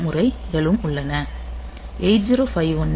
களும் உள்ளன